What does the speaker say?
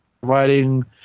providing